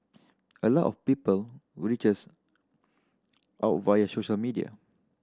a lot of people reach us out via social media